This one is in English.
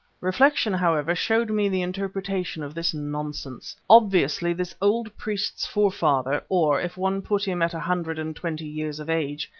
reflection, however, showed me the interpretation of this nonsense. obviously this old priest's forefather, or, if one put him at a hundred and twenty years of age,